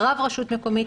רב רשות מקומית,